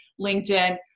LinkedIn